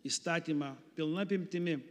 įstatymą pilna apimtimi